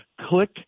click